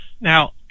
now